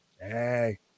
hey